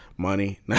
money